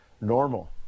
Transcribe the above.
normal